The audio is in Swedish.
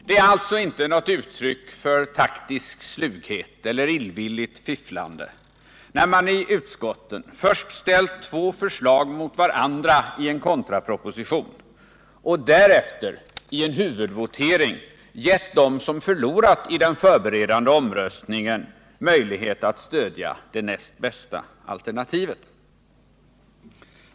Det är alltså inte något uttryck för taktisk slughet eller illvilligt fifflande när man i utskotten först ställt två förslag mot varandra ien kontraproposition och därefter i en huvudvotering gett dem som förlorat i den förberedande omröstningen möjlighet att stödja det näst bästa alternativet.